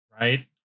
Right